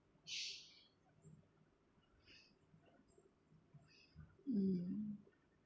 mm